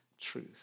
truth